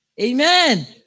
Amen